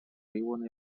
riuen